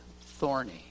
thorny